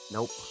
Nope